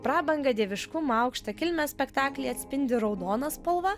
prabangą dieviškumą aukštą kilmę spektaklyje atspindi raudona spalva